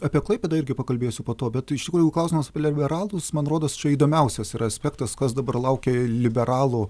apie klaipėdą irgi pakalbėsiu po to bet iš tikrųjų klausimas apie liberalus man rodos čia įdomiausias yra aspektas kas dabar laukia liberalų